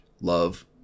love